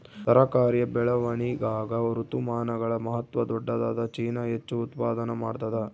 ತರಕಾರಿಯ ಬೆಳವಣಿಗಾಗ ಋತುಮಾನಗಳ ಮಹತ್ವ ದೊಡ್ಡದಾದ ಚೀನಾ ಹೆಚ್ಚು ಉತ್ಪಾದನಾ ಮಾಡ್ತದ